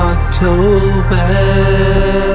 October